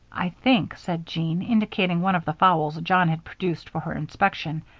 i think, said jean, indicating one of the fowls john had produced for her inspection,